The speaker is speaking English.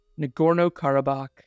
Nagorno-Karabakh